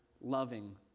loving